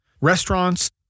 restaurants